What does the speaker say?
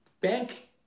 bank